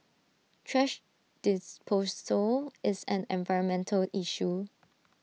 thrash disposal is an environmental issue